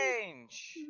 change